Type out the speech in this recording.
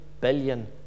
billion